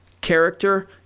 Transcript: character